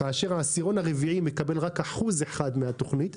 כאשר העשירון הרביעי מקבל 1% מהתוכנית,